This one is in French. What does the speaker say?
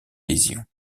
lésions